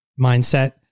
mindset